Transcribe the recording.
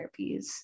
therapies